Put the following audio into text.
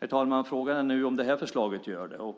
Herr talman! Frågan är nu om det här förslaget gör det.